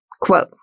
quote